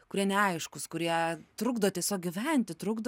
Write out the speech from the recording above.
kurie neaiškūs kurie trukdo tiesiog gyventi trukdo